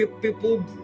people